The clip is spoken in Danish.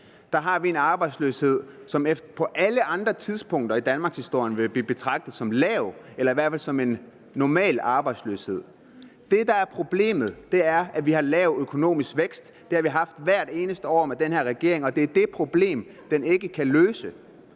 har en arbejdsløshed, som på alle andre tidspunkter i danmarkshistorien ville være blevet betragtet som lav eller i hvert fald som en normal arbejdsløshedsprocent. Det, der er problemet, er, at vi har en lav økonomisk vækst. Det har vi haft hvert eneste år med den her regering, og det er det problem, den ikke kan løse.